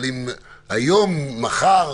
אבל אם היום, מחר,